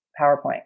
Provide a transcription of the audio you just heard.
PowerPoint